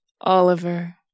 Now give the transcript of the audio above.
Oliver